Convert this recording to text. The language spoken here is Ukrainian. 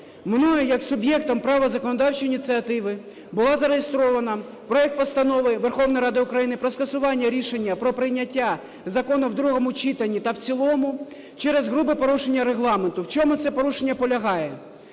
Мною як суб'єктом права законодавчої ініціативи було зареєстровано проект Постанови Верховної Ради України про скасування рішення про прийняття закону в другому читанні та в цілому через грубе порушення Регламенту. В чому це порушення полягає?